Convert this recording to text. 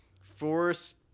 force